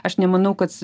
aš nemanau kad